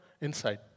inside